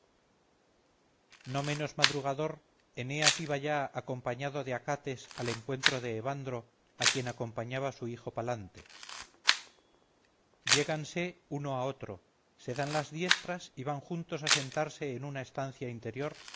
no menos madrugador eneas iba ya acompañado de acates al encuentro de evandro a quien acompañaba su hijo palante lléganse uno a otro se dan las diestras y van juntos a sentarse en una estancia interior